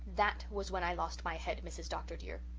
that was when i lost my head, mrs. dr. dear.